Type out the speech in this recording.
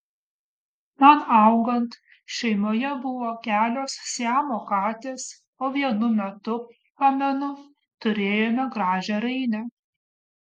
man augant šeimoje buvo kelios siamo katės o vienu metu pamenu turėjome gražią rainę